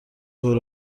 دور